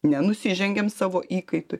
nenusižengiam savo įkaitui